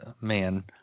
man